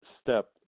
step